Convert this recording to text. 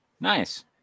nice